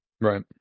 Right